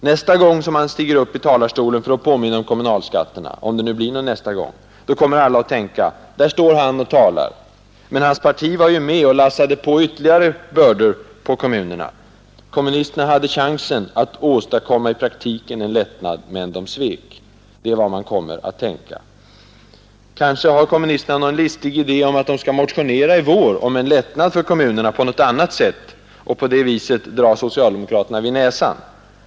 Nästa gång han stiger upp i talarstolen för att påminna om kommunalskatterna, om det nu blir någon nästa gång, kommer alla att tänka: Där står han och talar, men hans parti var ju med och lassade ytterligare bördor på kommunerna. Kommunisterna hade chansen att i praktiken åstadkomma en lättnad, men de svek. Kanske har kommunisterna någon listig idé om att de skall motionera i vår om en lättnad för kommunerna på något annat sätt och på det viset dra socialdemokraterna vid näsan.